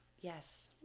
yes